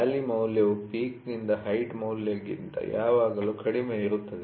valley ಮೌಲ್ಯವು ಪೀಕ್'ನಿಂದ height ಮೌಲ್ಯಕ್ಕಿಂತ ಯಾವಾಗಲೂ ಕಡಿಮೆ ಇರುತ್ತದೆ